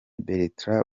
bertrand